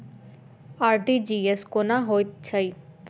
RTGS कोना होइत छै?